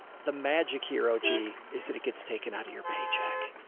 the magic hero g is that it gets taken out of your paycheck.